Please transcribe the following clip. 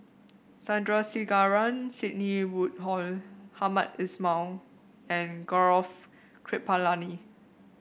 Sandrasegaran Sidney Woodhull Hamed Ismail and Gaurav Kripalani